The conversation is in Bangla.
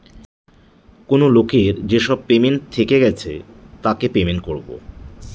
কেনো লোকের যেসব পেমেন্ট থেকে গেছে তাকে পেমেন্ট করবো